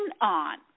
on